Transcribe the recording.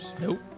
Nope